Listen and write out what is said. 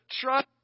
Trust